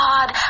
God